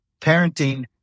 parenting